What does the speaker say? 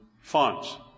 funds